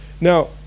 Now